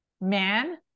man